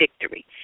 victory